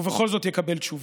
ובכל זאת יקבל תשובה.